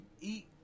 eat